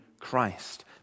christ